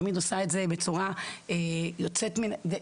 תמיד עושה את זה בצורה יוצאת מן הכלל.